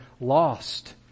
lost